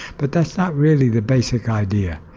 but that's not really the basic idea.